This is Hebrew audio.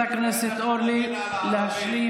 בואו ניתן לחברת הכנסת אורלי להשלים,